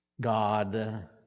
God